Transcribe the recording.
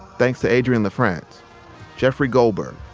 thanks to adrienne lafrance, jeffrey goldberg,